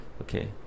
Okay